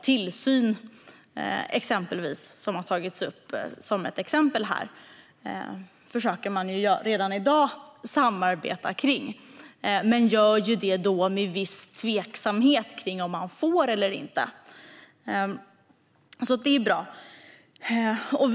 Bland annat tillsyn, vilket har tagits upp som ett exempel här, försöker man redan i dag samarbeta kring - men man gör det med viss tveksamhet kring om man får göra det eller inte. Det är alltså bra.